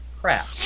crap